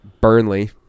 Burnley